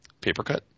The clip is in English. Papercut